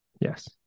Yes